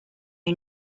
who